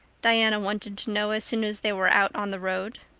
diana wanted to know, as soon as they were out on the road.